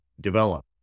develop